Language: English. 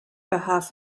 behalf